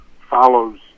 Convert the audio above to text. follows